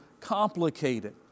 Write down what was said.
complicated